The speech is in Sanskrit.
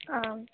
आम्